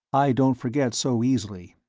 i don't forget so easily.